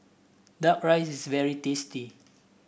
duck rice is very tasty